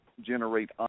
generate